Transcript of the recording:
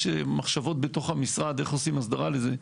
יש מחשבות בתוך המשרד איך עושים הסדרה לזה.